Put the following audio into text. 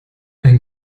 ein